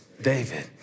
David